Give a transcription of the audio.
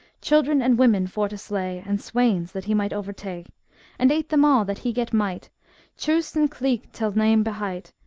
children and women for to slay, and swains that he might over-ta and ate them all that he get might chwsten cleek till name behight.